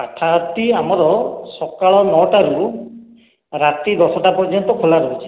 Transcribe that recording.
ପାଠାଗାର ଟି ଆମର ସକାଳ ନଅଟା ରୁ ରାତି ଦଶଟା ପର୍ଯ୍ୟନ୍ତ ଖୋଲା ରହୁଛି